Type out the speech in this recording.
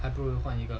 还不如换一个